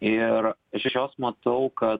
ir aš iš jos matau kad